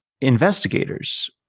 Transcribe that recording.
investigators